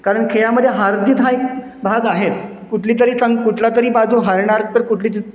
कारण खेळामध्ये हारजीत हा एक भाग आहेच कुठलीतरी सं कुठलातरी बाजू हारणार तर कुठलीत